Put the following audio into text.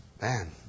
Man